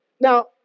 Now